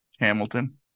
Hamilton